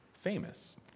famous